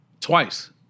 twice